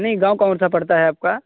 नहीं गाँव कौन सा पड़ता है आपका